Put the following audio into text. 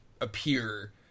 appear